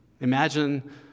Imagine